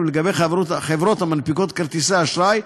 ולגבי חברות המנפיקות כרטיסי אשראי,